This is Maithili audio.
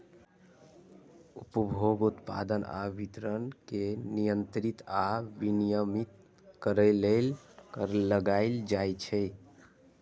उपभोग, उत्पादन आ वितरण कें नियंत्रित आ विनियमित करै लेल कर लगाएल जाइ छै